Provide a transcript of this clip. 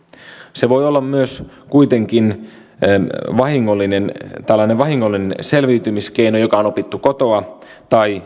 se voi olla myös kuitenkin tällainen vahingollinen selviytymiskeino joka on opittu kotoa tai